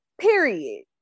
Period